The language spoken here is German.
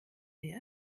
wir